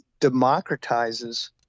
democratizes